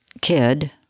kid